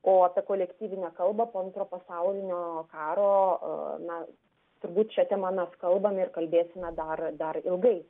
o ta kolektyvinė kalba po antro pasaulinio karo na turbūt šia tema mes kalbame ir kalbėsime dar dar ilgai